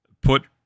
put